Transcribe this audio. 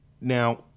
Now